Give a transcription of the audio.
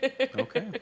Okay